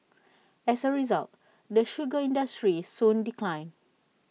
as A result the sugar industry soon declined